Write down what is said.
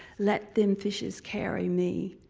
let them fishes carry me.